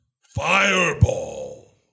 fireball